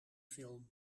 film